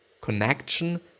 connection